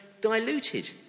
diluted